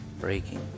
breaking